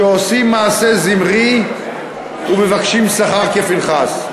שעושים מעשה זמרי ומבקשים שכר כפנחס.